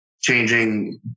changing